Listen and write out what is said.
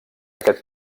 aquest